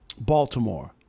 Baltimore